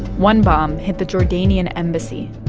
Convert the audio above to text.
one bomb hit the jordanian embassy,